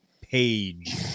page